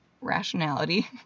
rationality